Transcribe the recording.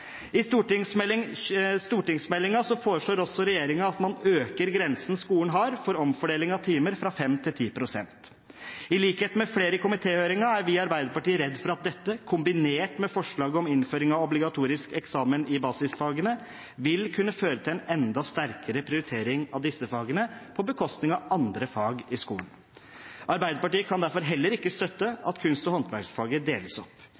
I stortingsmeldingen foreslår også regjeringen at man øker grensen skolen har for omfordeling av timer fra 5 pst. til 10 pst. I likhet med flere i komitéhøringen er vi i Arbeiderpartiet redde for at dette, kombinert med forslaget om innføring av obligatorisk eksamen i basisfagene, vil kunne føre til en enda sterkere prioritering av disse fagene på bekostning av andre fag i skolen. Arbeiderpartiet kan derfor heller ikke støtte at kunst- og håndverksfaget deles opp.